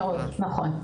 מאוד, נכון.